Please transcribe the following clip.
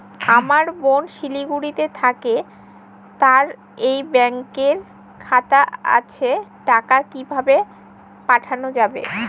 আমার বোন শিলিগুড়িতে থাকে তার এই ব্যঙকের খাতা আছে টাকা কি ভাবে পাঠানো যাবে?